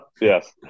Yes